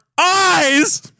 eyes